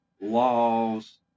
laws